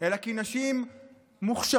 אלא כי נשים מוכשרות,